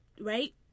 right